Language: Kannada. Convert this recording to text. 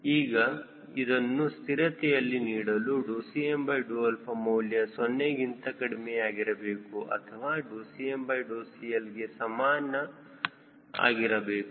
ಈಗ ಇದನ್ನು ಸ್ಥಿರತೆಯಲ್ಲಿ ಇಡಲು Cm ಮೌಲ್ಯ 0 ಗಿಂತ ಕಡಿಮೆಯಾಗಿರಬೇಕು ಅಥವಾ CmCL ಗೆ ಸಮಾನ ಆಗಿರಬೇಕು